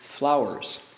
flowers